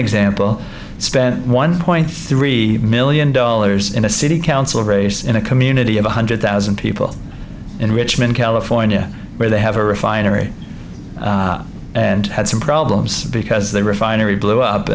example spend one point three million dollars in a city council race in a community of one hundred thousand people in richmond california where they have a refinery and had some problems because the refinery blew up